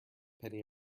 penny